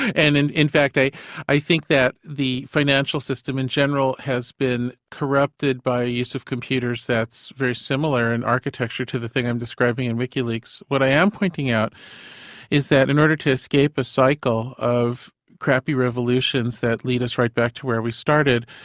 and in in fact i think that the financial system in general has been corrupted by use of computers that's very similar in architecture to the thing i'm describing in wikileaks. what i am pointing out is that in order to escape a cycle of crappy revolutions that lead us right back to where we started,